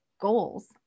goals